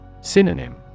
Synonym